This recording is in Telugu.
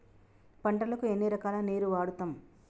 పంటలకు ఎన్ని రకాల నీరు వాడుతం?